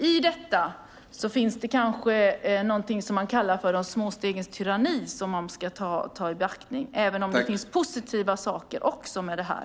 I detta finns kanske vad som kallas för de små stegens tyranni som man ska ta i beaktande, men det finns också positiva saker med det här.